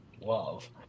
love